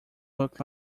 look